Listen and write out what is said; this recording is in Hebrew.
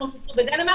כמו שעשו בדנמרק.